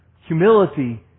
Humility